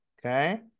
okay